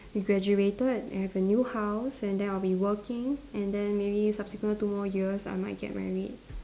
we graduated and have a new house and then I'll be working and then maybe subsequent two more years I might get married